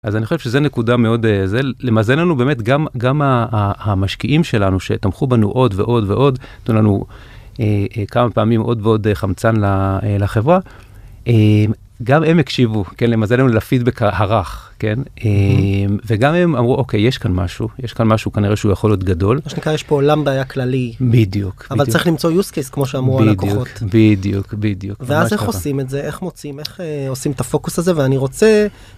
אז אני חושב שזה נקודה מאוד, זה למזלינו באמת, גם המשקיעים שלנו שתמכו בנו עוד ועוד ועוד, נתנו לנו כמה פעמים עוד ועוד חמצן לחברה, גם הם הקשיבו, למזל לנו לפידבק הרך, כן? וגם הם אמרו, אוקיי, יש כאן משהו, יש כאן משהו, כנראה שהוא יכול להיות גדול. מה שנקרא, יש פה עולם בעיה כללי. בדיוק. אבל צריך למצוא usecase, כמו שאמרו הלקוחות. בדיוק, בדיוק. ואז איך עושים את זה, איך מוצאים, איך עושים את הפוקוס הזה, ואני רוצה...